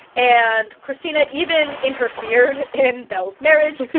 and kristina even interfered in belle's marriage,